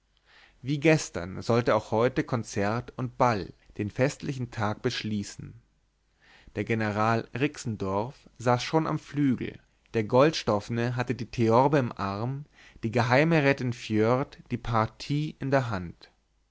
wie gestern sollte auch heute konzert und ball den festlichen tag beschließen der general rixendorf saß schon am flügel der goldstoffne hatte die theorbe im arm die geheime rätin foerd die partie in der hand